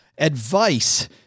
advice